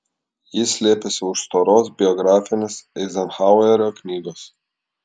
ji slėpėsi už storos biografinės eizenhauerio knygos